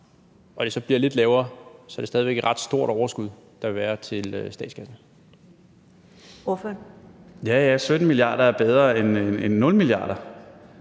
og det så bliver lidt lavere, så stadig væk er et ret stort overskud, der vil være til statskassen.